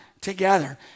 together